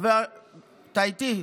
אתה איתי?